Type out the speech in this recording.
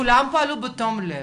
כולם פעלו בתום לב,